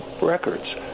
records